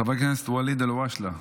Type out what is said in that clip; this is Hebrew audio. חבר הכנסת ואליד אלהואשלה.